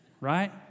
right